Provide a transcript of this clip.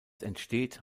entsteht